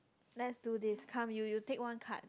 let's do this come you you take one card